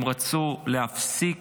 הם רצו להפסיק